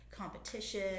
competition